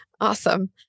Awesome